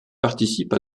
participe